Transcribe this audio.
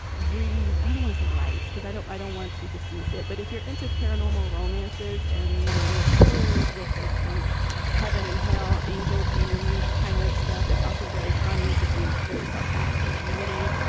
brie, i do want to say light because i don't i don't want to dismiss it. but if you're into paranormal romances and, you know, little thrillers with like some heaven and hell angel demon kind of stuff, that's also very funny because she's very sarcastic and witty.